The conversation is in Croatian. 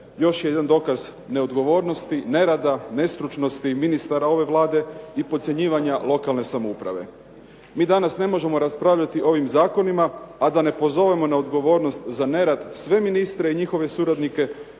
još je jedan dokaz neodgovornosti, nerada, nestručnosti ministara ove Vlade i podcjenjivanja lokalne samouprave. Mi danas ne možemo raspravljati o ovim zakonima, a da ne pozovemo na odgovornost za nerad sve ministre i njihove suradnike